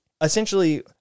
essentially